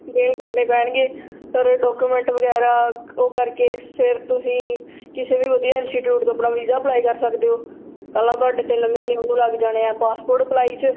ਦੇਣੇ ਦੁੱਗਣੇ ਪੈਣਗੇ ਪਰ ਡੋਕੂਮੈਂਟ ਵਗੈਰਾ ਉਹ ਕਰਕੇ ਫਿਰ ਤੁਸੀਂ ਕਿਸੇ ਵੀ ਵਧੀਆ ਇੰਸਟੀਟਿਊਟ ਤੋਂ ਆਪਣਾ ਵੀਜ਼ਾ ਅਪਲਾਈ ਕਰ ਸਕਦੇ ਹੋ ਪਹਿਲਾਂ ਤੁਹਾਡੇ ਤਿੰਨ ਮਹੀਨੇ ਉਹਨੂੰ ਲੱਗ ਜਾਣੇ ਆ ਪਾਸਪੋਰਟ ਅਪਲਾਈ 'ਚ